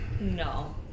No